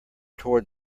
toward